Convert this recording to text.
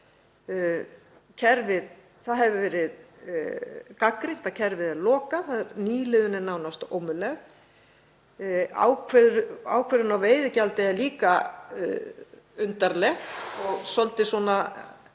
Það hefur verið gagnrýnt að kerfið er lokað og nýliðun nánast ómöguleg. Ákvörðun á veiðigjaldi er líka undarleg, svolítið eins